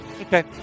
Okay